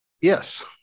Yes